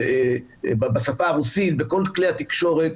בשפה הרוסית ובכל כלי התקשורת,